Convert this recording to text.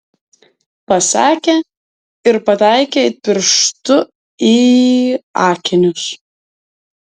pasakė ir pataikė it pirštu į akinius